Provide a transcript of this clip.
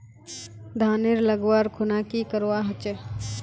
धानेर लगवार खुना की करवा होचे?